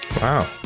Wow